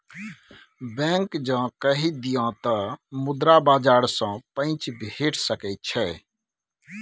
bank जँ कहि दिअ तँ मुद्रा बाजार सँ पैंच भेटि सकैत छै